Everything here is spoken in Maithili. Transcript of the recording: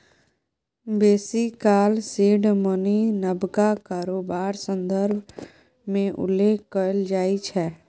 बेसी काल सीड मनी नबका कारोबार संदर्भ मे उल्लेख कएल जाइ छै